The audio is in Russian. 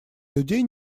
людей